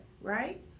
right